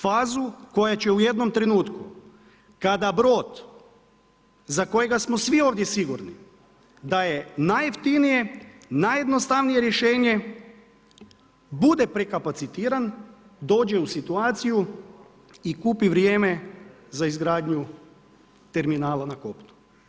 Fazu koja će u jednom trenutku kada brod za kojega smo svi ovdje sigurni da je najjeftinije, najjednostavnije rješenje bude prekapacitiran dođe u situaciju i kupi vrijeme za izgradnju terminala na kopnu.